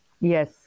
Yes